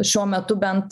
šiuo metu bent